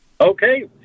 Okay